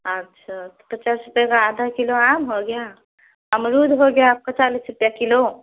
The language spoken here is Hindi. अच्छा तो दस रूपये का आधा किलो आम हो गया अमरूद हो गया आपका चालीस रुपया किलो